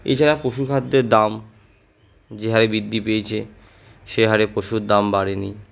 এছাড়া পশুখাদ্যের দাম যে হারে বৃদ্ধি পেয়েছে সে হারে পশুর দাম বাড়েনি